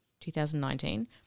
2019